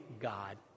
God